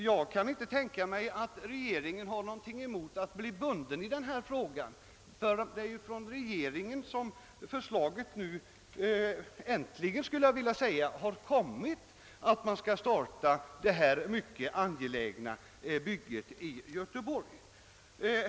Jag kan inte tänka mig att regeringen har något emot att bli bunden på denna punkt, ty det är från regeringen som det — äntligen — har kommit ett förslag att detta mycket angelägna bygge i Göteborg skall startas.